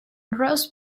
roast